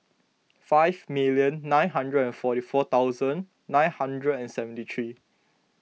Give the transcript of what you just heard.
five million nine hundred and forty four thousand nine hundred and seventy three